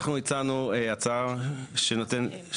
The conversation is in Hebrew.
אנחנו הצענו הצעה שנותנת,